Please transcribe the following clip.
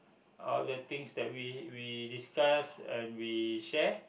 all the things that we we discuss and we share